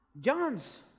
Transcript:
John's